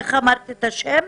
מה השם?